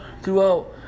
throughout